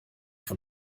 von